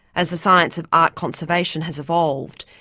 as the science of art conservation has evolved,